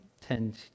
tend